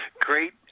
Great